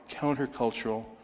countercultural